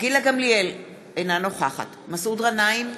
גילה גמליאל, אינה נוכחת מסעוד גנאים,